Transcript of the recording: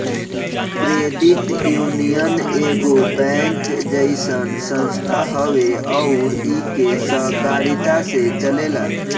credit union एगो bank जइसन संस्था हवे अउर इ के सहकारिता से चलेला